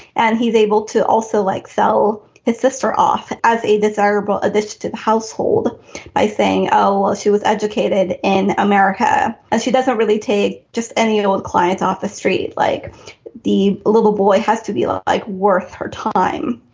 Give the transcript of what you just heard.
and he is able to also like sell his sister off as a desirable addition to the household by saying oh well she was educated in america and she doesn't really take just any old clients off the street like the little boy has to be like like worth her time.